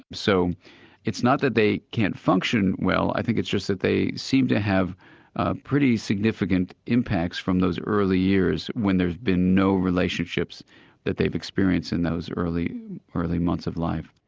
so it's not that they can't function well, i think it's just that they seem to have ah pretty significant impacts from those early years when there've been no relationships that they've experienced in those early early months of life.